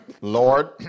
Lord